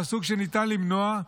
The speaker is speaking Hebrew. מהסוג שניתן למנוע.